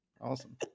Awesome